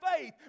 faith